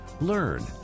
Learn